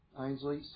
Ainsley